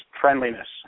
friendliness